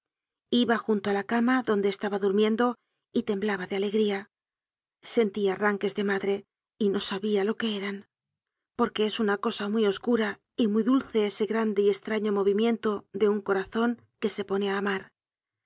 iba junto á la cama donde estaba durmiendo y temblaba de alegría sentia arranques de madre y no sabia lo que eran porque es uua cosa muy oscura y muy dulce ese grande y estraño movimiento de un corazon que se pone á amar